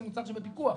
זה מוצר שבפיקוח.